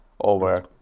over